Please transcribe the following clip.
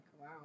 wow